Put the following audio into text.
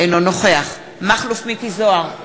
אינו נוכח מכלוף מיקי זוהר,